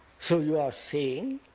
so you are saying,